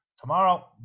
tomorrow